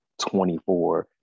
24